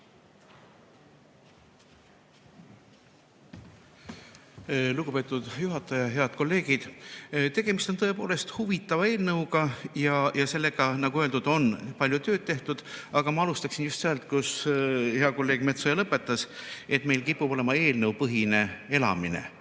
Lugupeetud juhataja! Head kolleegid! Tegemist on tõepoolest huvitava eelnõuga ja sellega, nagu öeldud, on palju tööd tehtud. Aga ma alustaksin sealt, kus hea kolleeg Metsoja lõpetas: et meil kipub olema eelnõupõhine elamine.